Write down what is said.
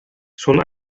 son